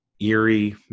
eerie